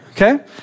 Okay